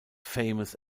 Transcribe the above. famous